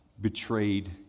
betrayed